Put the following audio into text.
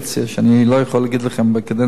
כך שאני לא יכול להגיד לכם לגבי הקדנציה הבאה.